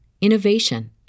innovation